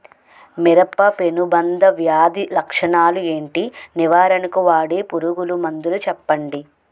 మిరప పెనుబంక వ్యాధి లక్షణాలు ఏంటి? నివారణకు వాడే పురుగు మందు చెప్పండీ?